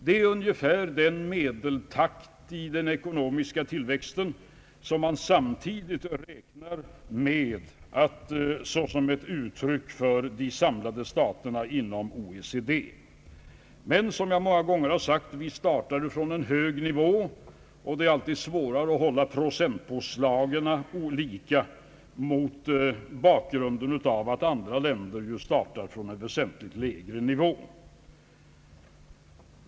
Det är ungefär den medeltakt för den ekonomiska tillväxten som man samtidigt räknar med för de samlade staterna inom OECD. Men som jag många gånger sagt, vi startar från en hög nivå, och det är alltid svårare att hålla procentpåslagen lika mot bakgrunden av att andra länder startar från en väsentligt lägre nivå.